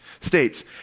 states